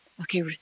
Okay